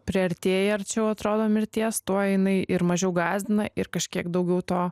priartėji arčiau atrodo mirties tuo jinai ir mažiau gąsdina ir kažkiek daugiau to